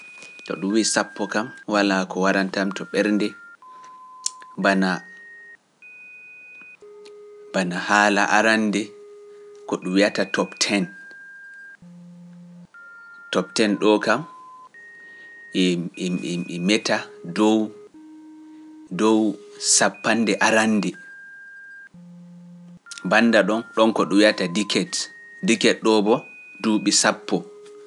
To ɗum wiye sappo kam walaa ko warantamto ɓernde, bana haala arande ko ɗum wiyata topten, topten ɗo kam e meta dow sappande arande. Bannda ɗon, ɗon ko ɗum wiyata dikete, dikete ɗoo bo duuɓi sappo.